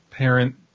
parent